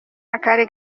akari